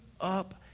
up